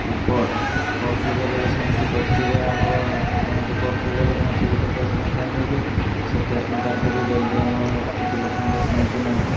କି କୋର୍ଟ କୋର୍ଟକୁ ଗଲେ ବି ସେମିତି କଚେରିରେ ଆମର ଧରନ୍ତୁ କୋର୍ଟକୁ ଗଲେ କୌଣସି ଗୋଟେ କେସ୍ ମେଟର୍ ନେଇକି ସେ କେସ୍ ମେଟର୍କୁ ବି ଜଲ୍ଦି ଆମର ଓକିଲ ସଂଘ ଶୁଣନ୍ତି ନାହିଁ